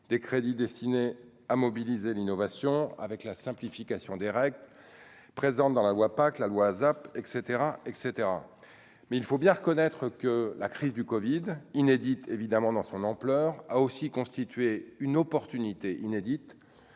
des crédits destinés à mobiliser l'innovation avec la simplification des règles présente dans la voie pas que la loi ASAP et cetera, et cetera, mais il faut bien reconnaître que la crise du Covid inédite évidemment dans son ampleur, a aussi constitué une opportunité inédite